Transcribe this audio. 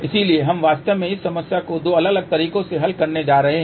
इसलिए हम वास्तव में इस समस्या को दो अलग अलग तरीकों से हल करने जा रहे हैं